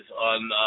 on